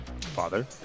Father